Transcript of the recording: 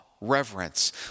reverence